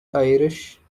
irish